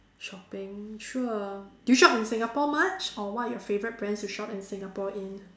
shopping sure do you shop in Singapore much or what are your favourite brands to shop in Singapore in